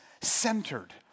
centered